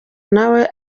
nawe